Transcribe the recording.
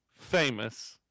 famous